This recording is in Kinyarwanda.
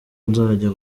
nzajya